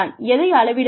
எதை அளவிட வேண்டும்